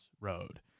road